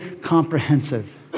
comprehensive